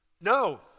No